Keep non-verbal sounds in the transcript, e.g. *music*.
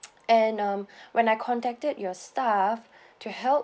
*noise* and um when I contacted your staff to help